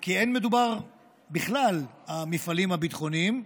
כי אין מדובר בכלל המפעלים הביטחוניים,